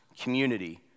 community